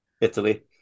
Italy